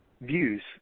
views